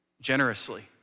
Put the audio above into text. generously